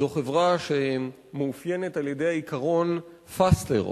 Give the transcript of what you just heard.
זו חברה שמאופיינת על-ידי העיקרון faster,